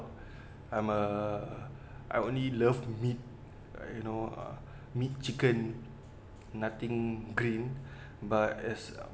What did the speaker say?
I'm a I only love meat like you know uh meat chicken nothing green but as uh